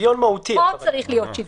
פה צריך להיות שוויון.